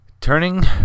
Turning